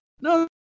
No